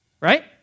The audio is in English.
Right